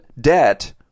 debt